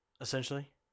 Essentially